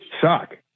suck